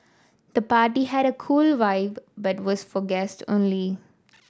the party had a cool vibe but was for guest only